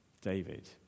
David